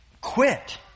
quit